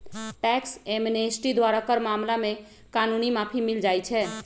tax amnesty द्वारा कर मामला में कानूनी माफी मिल जाइ छै